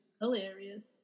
hilarious